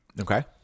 Okay